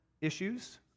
issues